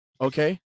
Okay